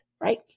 right